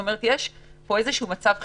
יש פה מצב חירום,